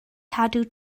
cadw